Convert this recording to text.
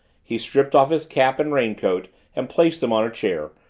he stripped off his cap and raincoat and placed them on a chair,